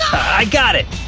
i got it!